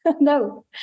No